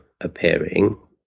appearing